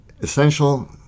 essential